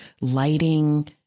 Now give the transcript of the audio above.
lighting